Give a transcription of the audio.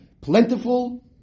plentiful